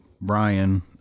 Brian